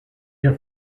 your